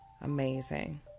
amazing